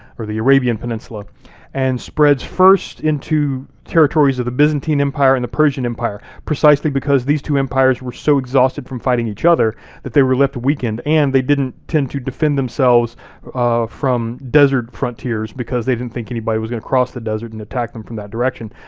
or the arabian peninsula and spreads first into territories of the byzantine empire and the persian empire, precisely because these two empires were so exhausted from fighting each other that they were left the weakened and they didn't tend to defend themselves from desert frontiers, because they didn't think anybody was gonna cross the desert and attack them from that direction.